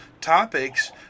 topics